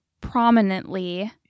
prominently